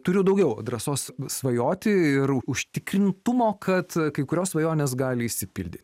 turiu daugiau drąsos svajoti ir užtikrintumo kad kai kurios svajonės gali išsipildyt